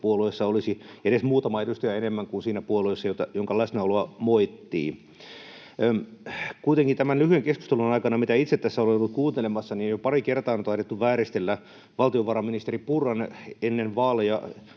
puolueessa olisi edes muutama edustaja enemmän kuin siinä puolueessa, jonka läsnäoloa moittii. Kuitenkin tämän lyhyen keskustelun aikana, mitä itse tässä olen ollut kuuntelemassa, jo pari kertaa on taidettu vääristellä valtiovarainministeri Purran ennen vaaleja